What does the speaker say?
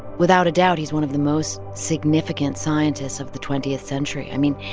without a doubt, he's one of the most significant scientists of the twentieth century. i mean,